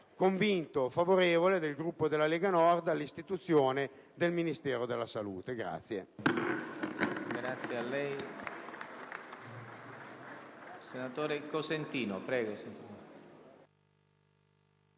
convintamente e favorevole del Gruppo della Lega Nord all'istituzione del Ministero della salute.